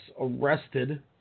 arrested